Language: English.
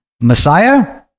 Messiah